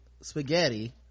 spaghetti